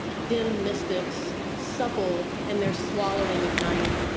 dim mystics, supple in their swallowing of night.